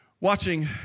Watching